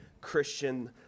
Christian